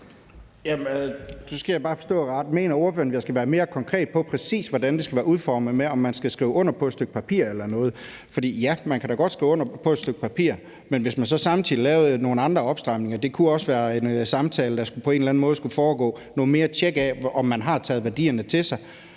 Mener ordføreren, at jeg skal være mere konkret om, præcis hvordan det skal være udformet, i forhold til om man skal skrive under på et stykke papir eller noget? For ja, man kan da godt skrive under på et papir, men hvis man så samtidig lavede nogle andre opstramninger – det kunne også være en samtale, og at der på en eller anden måde skulle foregå noget mere tjek af, om man har taget værdierne til sig